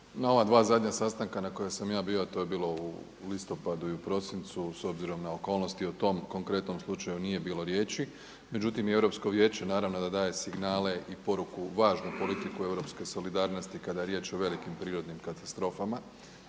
Hvala. Dva zadnja sastanka na kojima sam ja bio to je bilo u listopadu i u prosincu s obzirom na okolnosti o tom konkretnom slučaju nije bilo riječi. Međutim Europsko vijeće naravno da daje signale i poruku važnu politike europske solidarnosti kada je riječ o velikim prirodnim katastrofama